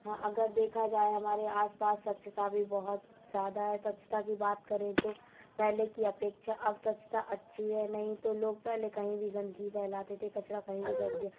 हाँ अगर देखा जाए हमारे आसपास स्वच्छता भी बहुत ज़्यादा स्वच्छता की बात करें तो पहले की अपेक्षा अब स्वच्छता अच्छी है नहीं तो लोग पहले कहीं भी गंदगी फैलाते थे कचरा कहीं भी फेंक दिया